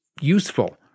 useful